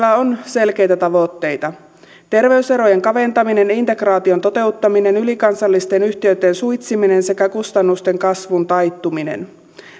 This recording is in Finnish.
on selkeitä tavoitteita terveyserojen kaventaminen integraation toteuttaminen ylikansallisten yhtiöitten suitsiminen sekä kustannusten kasvun taittuminen